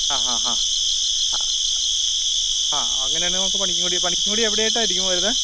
ആ ഹാ ഹാ ആ ആ അങ്ങനെ ആണേൽ നമുക്ക് പണിക്കും കുടി പണിക്കും കുടി എവിടെയായിട്ടായിരിക്കും വരുന്നത്